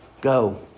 go